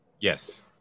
Yes